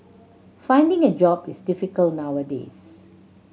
finding a job is difficult nowadays